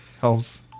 Helps